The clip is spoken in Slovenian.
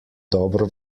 dobro